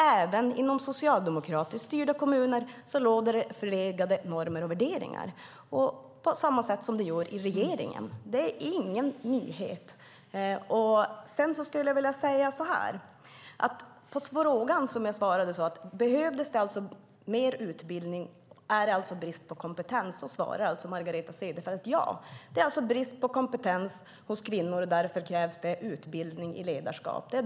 Även i socialdemokratiskt styrda kommuner råder det förlegade normer och värderingar på samma sätt som det gör i regeringen. Det är ingen nyhet. Jag ställde frågan om det behövs mer utbildning och om det är brist på kompetens. På den svarar Margareta Cederfelt ja. Det är alltså brist på kompetens hos kvinnor, och därför krävs det utbildning i ledarskap.